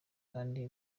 kandi